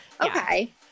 Okay